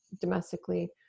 domestically